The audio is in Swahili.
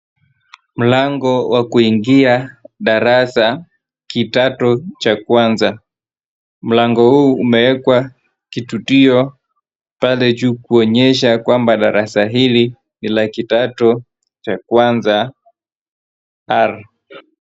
Mlango wa kuingia darasa kidato cha kwanza. Mlango huu umeekwa kitutio pale juu kuonyesha kwamba darasa hili ni la kidato cha kwanza R.